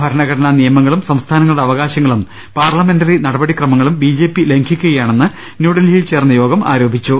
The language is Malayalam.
ഭരണഘടനാ നിയമങ്ങളും സംസ്ഥാനങ്ങളുടെ അവകാശങ്ങളും പാർലമെന്ററി നടപടിക്രമങ്ങളും ബി ജെ പി ലംഘിക്കുകയാ ണെന്ന് ന്യൂഡൽഹിയിൽ ചേർന്ന യോഗം ആരോപിച്ചു